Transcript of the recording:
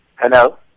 Hello